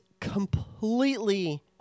completely